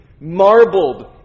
marbled